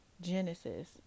Genesis